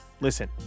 listen